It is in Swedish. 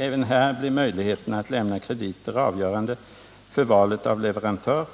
Även här blev möjligheten att lämna krediter avgörande för valet av leverantör,